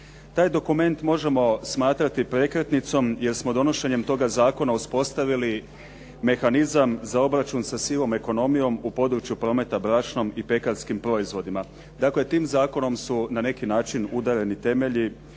Taj dokument možemo smatrati prekretnicom jer smo donošenjem toga zakona uspostavili mehanizam za obračun sa sivom ekonomijom u području prometa brašnom i pekarskim proizvodima. Dakle, tim zakonom su na neki način udareni temelji